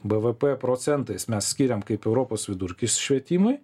bvp procentais mes skiriam kaip europos vidurkis švietimui